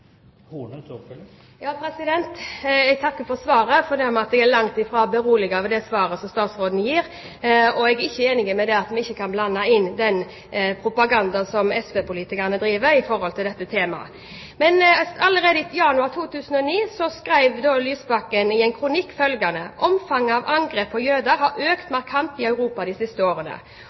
Jeg takker for svaret, selv om jeg langt ifra er beroliget av det svaret statsråden gir. Jeg er ikke enig i at man ikke kan blande inn den propaganda som SV-politikerne driver i forhold til dette temaet. Allerede i januar 2009 skrev Lysbakken i en kronikk følgende: «Omfanget av angrep på jøder har økt markant i Europa de siste årene.